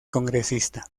congresista